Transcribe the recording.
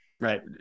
Right